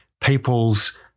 people's